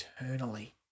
eternally